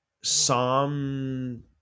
Psalm